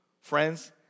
friends